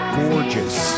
gorgeous